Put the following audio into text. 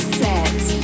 set